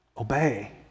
Obey